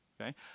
okay